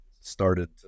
started